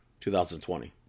2020